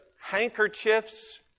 handkerchiefs